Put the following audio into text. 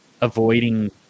avoiding